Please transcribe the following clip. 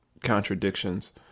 contradictions